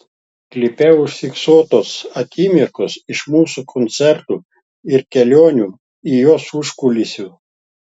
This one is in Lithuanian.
klipe užfiksuotos akimirkos iš mūsų koncertų ir kelionių į juos užkulisių